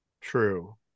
True